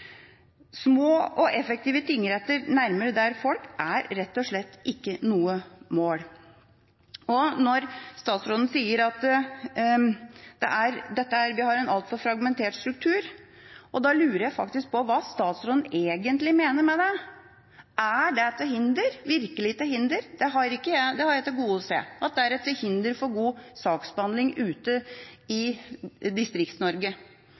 Små og effektive tingretter nærmere der folk bor, er rett og slett ikke noe mål. Når statsråden sier at vi har en altfor fragmentert struktur, lurer jeg faktisk på hva statsråden egentlig mener med det. Er det virkelig til hinder? Jeg har til gode å se at det er til hinder for god saksbehandling ute i